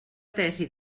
tesi